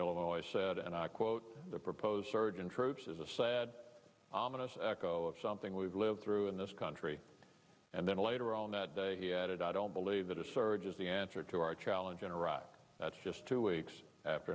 illinois said and i quote the proposed surge in troops is a sad ominous echo of something we've lived through in this country and then later on that day he added i don't believe that a surge is the answer to our challenge in iraq that just two weeks after